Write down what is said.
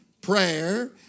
Prayer